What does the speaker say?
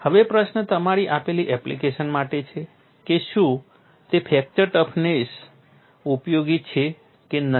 હવે પ્રશ્ન તમારી આપેલી એપ્લિકેશન માટે છે કે શું તે ફ્રેક્ચર ટફનેસ ઉપયોગી છે કે નહીં